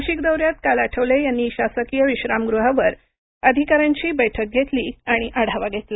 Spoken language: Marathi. नाशिक दौ यात काल आठवले यांनी शासकिय विश्रामगृहावर अधिका यांची बैठक घेतली आणि आढावा घेतला